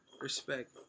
Respect